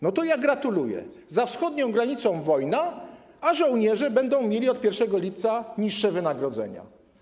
No to gratuluję - za wschodnią granicą wojna, a żołnierze będą mieli od 1 lipca niższe wynagrodzenia.